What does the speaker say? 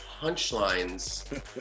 punchlines